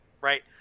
right